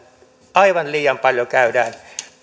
aivan liian paljon käydään